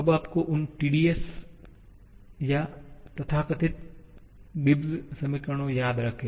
क्या आपको उन TdS संबंधों या तथाकथित गिब्स समीकरणों याद है